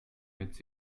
mit